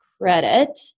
credit